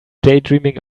daydreaming